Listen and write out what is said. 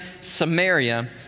Samaria